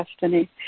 Destiny